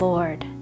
Lord